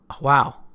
wow